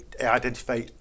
identify